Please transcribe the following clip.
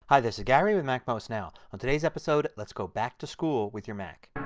hi this is gary with macmost now. on today's episode let's go back to school with your mac.